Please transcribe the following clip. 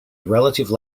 relative